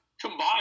Combined